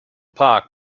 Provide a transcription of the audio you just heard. park